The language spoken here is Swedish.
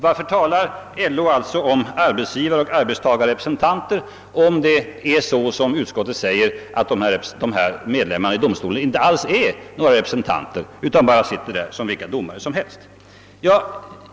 Varför talas det om arbetsgivaroch arbetstagarrepresentanter, om dessa medlemmar i domstolen inte är reppresentanter för vissa grupper utan sitter där som vilka domare som helst?